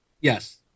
yes